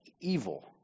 evil